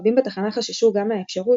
רבים בתחנה חששו גם מהאפשרות